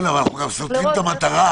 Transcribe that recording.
אבל אנחנו גם סותרים את המטרה,